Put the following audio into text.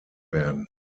werden